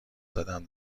زدم